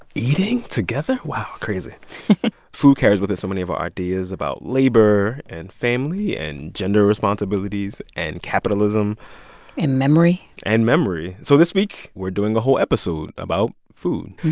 eating together? wow. crazy food carries with it so many of our ideas about labor and family and gender responsibilities and capitalism and memory and memory. so this week, we're doing a whole episode about food.